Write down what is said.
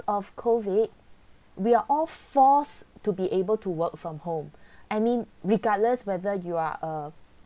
of COVID we are all force to be able to work from home I mean regardless whether you are a